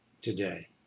today